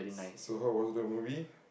so how was the movie